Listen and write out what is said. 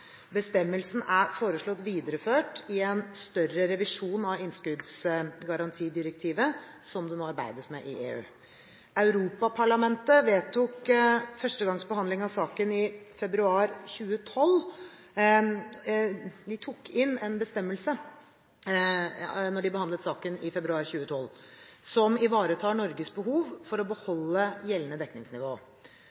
Bestemmelsen er foreslått videreført i en større revisjon av innskuddsgarantidirektivet som det nå arbeides med i EU. Europaparlamentet tok ved første gangs behandling av saken i februar 2012 inn en bestemmelse